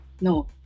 no